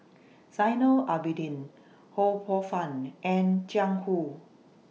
Zainal Abidin Ho Poh Fun and Jiang Hu